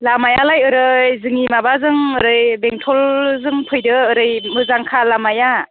लामायालाय ओरै जोंनि माबाजों ओरै बेंतलजों फैदो ओरै मोजांखा लामाया